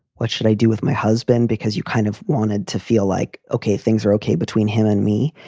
what should i do with my husband? because you kind of wanted to feel like, ok, things are ok between him and me,